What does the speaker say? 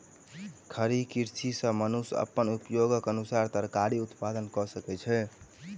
खड़ी कृषि सॅ मनुष्य अपन उपयोगक अनुसार तरकारी उत्पादन कय सकै छै